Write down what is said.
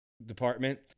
department